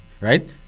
Right